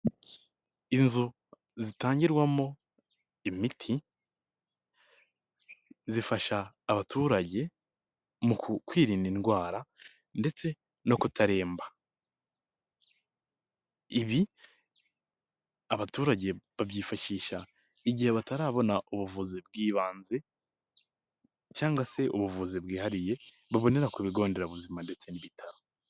Inzu zitangirwamo imiti, zifasha abaturage, mu kwirinda indwara ndetse no kutaremba. Ibi abaturage babyifashisha igihe batarabona ubuvuzi bw'ibanze cyangwa se ubuvuzi bwihariye, babonera ku bigo nderabuzima ndetse n'ibitaro.